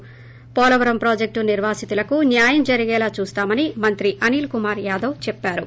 ి పోలవరం ప్రాజెక్టు నిర్వాసితులకు న్యాయం జరిగేలా చూస్తామని మంత్రి అనిల్ కుమార్ యాదవ్ చెప్పారు